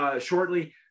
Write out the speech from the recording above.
shortly